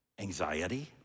Anxiety